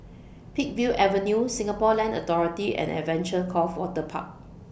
Peakville Avenue Singapore Land Authority and Adventure Cove Waterpark